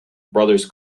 brothers